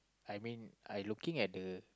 I mean I looking at the